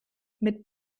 mit